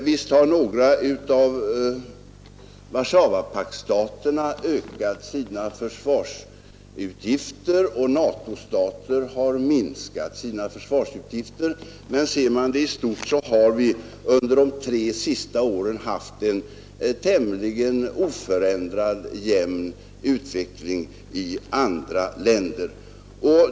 Visst har några av Warszawapaktens stater ökat sina försvarsutgifter och NATO-stater har minskat sina försvarsutgifter, men ser man det i stort har vi under de tre senaste åren haft en tämligen oförändrat jämn utveckling i andra länder.